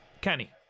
Kenny